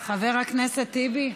חבר הכנסת טיבי,